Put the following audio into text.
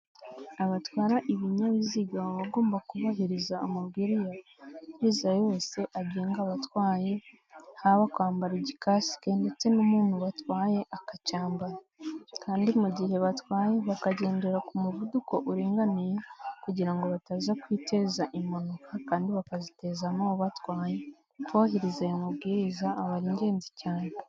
Abatwara ibinyabiziga baba bagomba kubahiriza amabwiriza yose agenga abatwaye, haba kwambara igikasike ndetse n'umuntu batwaye akacyambara kandi mu gihe batwaye bakagendera ku muvuduko uringaniye kugira ngo bataza kwiteza impanuka kandi bakaziteza nabo batwaye. Kubahiriza aya mabwiriza aba ari ingenzi cyane.